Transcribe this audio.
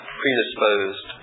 predisposed